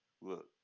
Look